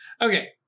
okay